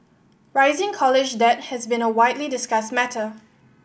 rising college debt has been a widely discussed matter